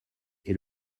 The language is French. est